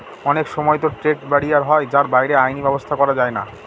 অনেক সময়তো trade barrier হয় যার বাইরে আইনি ব্যাবস্থা করা যায়না